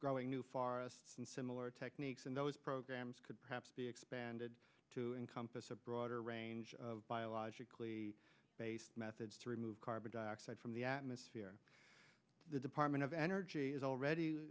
growing new farce and similar techniques and those programs could perhaps be expanded to encompass a broader range of biologically based methods to remove carbon dioxide from the atmosphere the department of energy is already